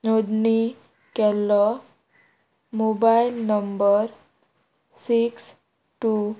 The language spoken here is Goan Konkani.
नोंदणी केल्लो मोबायल नंबर सिक्स टू